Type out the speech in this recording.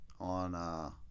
on